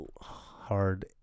hard